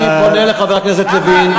פנה אלי חבר הכנסת לוין.